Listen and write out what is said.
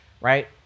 right